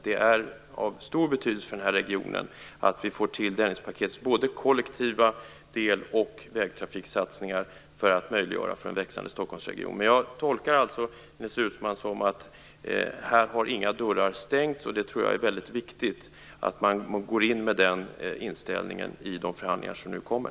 Det är av stor betydelse för den här regionen att vi både får till Dennispaketets kollektiva del och vägtrafiksatsningarna för att möjliggöra för en växande Stockholmsregion. Jag tolkar alltså Ines Uusmanns svar som att inga dörrar har stängts, och jag tror att det är väldigt viktigt att man går in med den inställningen i de förhandlingar som nu kommer.